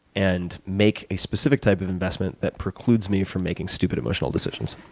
and make a specific type of investment that precludes me from making stupid emotional decisions.